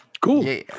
Cool